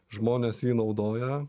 žmonės jį naudoja